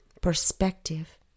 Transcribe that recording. Perspective